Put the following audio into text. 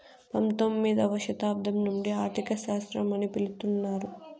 పంతొమ్మిదవ శతాబ్దం నుండి ఆర్థిక శాస్త్రం అని పిలుత్తున్నారు